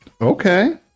Okay